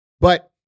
But-